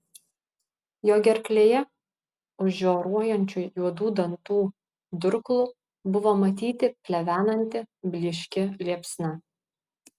jo gerklėje už žioruojančių juodų dantų durklų buvo matyti plevenanti blyški liepsna